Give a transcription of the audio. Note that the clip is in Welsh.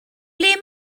ble